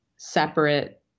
separate